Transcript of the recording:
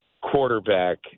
quarterback